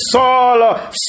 Saul